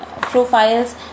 profiles